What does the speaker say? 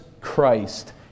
Christ